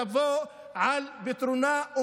תבוא על פתרונה,